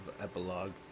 epilogue